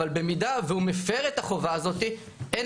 אבל במידה שהוא מפר את החובה הזאת אין